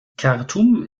khartum